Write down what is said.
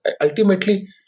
Ultimately